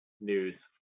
news